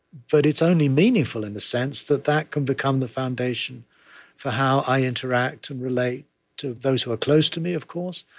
but it's only meaningful in the sense that that can become the foundation for how i interact and relate to those who are close to me, of course,